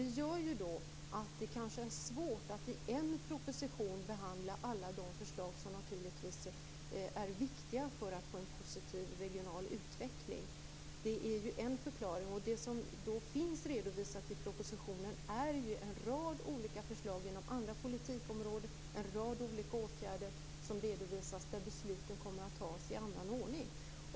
Det gör att det kan vara svårt att i en proposition behandla alla de förslag som är viktiga för en positiv regional utveckling. Det är en förklaring. Det som finns redovisat i propositionen är en rad olika förslag inom andra politikområden, en rad olika åtgärder där beslut kommer att fattas i annan ordning.